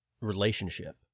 relationship